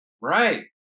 Right